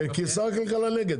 כי שר הכלכלה נגד,